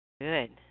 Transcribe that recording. good